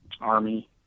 Army